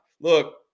look